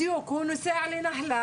בדיוק, הוא נוסע לנהלל.